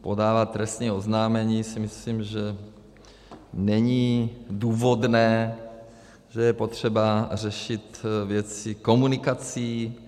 Podávat trestní oznámení si myslím, že není důvodné, že je potřeba řešit věci komunikací.